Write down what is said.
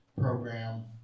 program